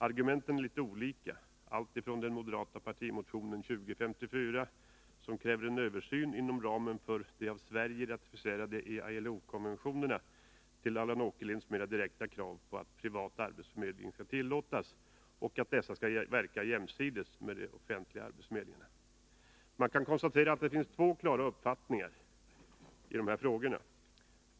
Argumenten är litet olika — alltifrån den moderata partimotionen 2054, som kräver en översyn inom ramen för de av Sverige ratificerade ILO-konventionerna, till Allan Åkerlinds mer direkta krav på att privat arbetsförmedling skall tillåtas och att sådana arbetsförmedlingar skall verka jämsides med de offentliga. Man kan konstatera att det finns två klara uppfattningar i dessa frågor.